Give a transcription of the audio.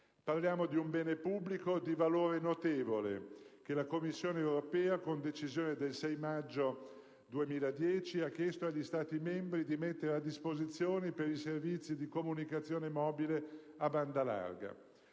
Parliamo di un bene pubblico di valore notevole che la Commissione europea, con la decisione del 6 maggio 2010, ha chiesto agli Stati membri di mettere a disposizione per i servizi di comunicazione mobile a banda larga.